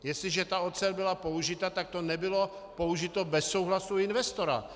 Jestliže ta ocel byla použita, tak to nebylo použito bez souhlasu investora.